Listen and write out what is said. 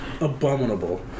abominable